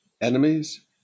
enemies